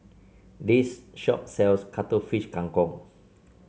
this shop sells Cuttlefish Kang Kong